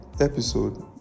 episode